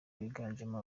biganjemo